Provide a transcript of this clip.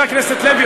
חבר הכנסת לוי,